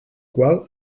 qual